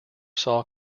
saw